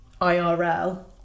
IRL